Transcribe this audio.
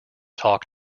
talk